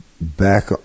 back